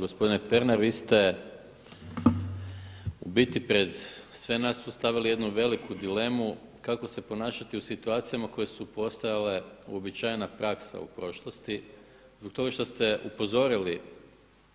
Gospodine Pernar, vi ste u biti pred sve nas tu stavili jednu veliku dilemu kako se ponašati u situacijama koje su postajale uobičajena praksa u prošlosti zbog toga što ste upozorili